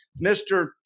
Mr